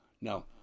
No